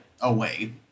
away